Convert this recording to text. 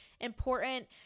important